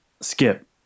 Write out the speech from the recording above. Skip